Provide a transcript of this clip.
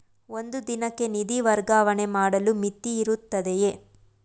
ಒಂದು ದಿನಕ್ಕೆ ನಿಧಿ ವರ್ಗಾವಣೆ ಮಾಡಲು ಮಿತಿಯಿರುತ್ತದೆಯೇ?